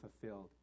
fulfilled